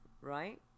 right